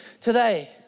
today